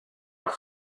leur